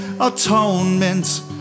atonement